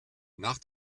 nach